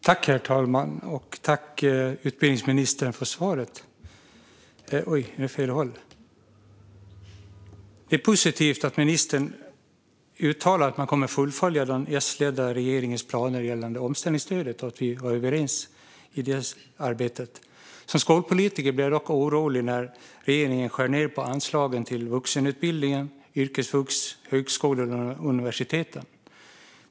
Herr talman! Tack, utbildningsministern, för svaret! Det är positivt att ministern uttalar att man kommer att fullfölja den S-ledda regeringens planer gällande omställningsstödet och att vi var överens i det arbetet. Som skolpolitiker blir jag dock orolig när regeringen skär ned på anslagen till vuxenutbildning, yrkesvux, högskolor och universitet.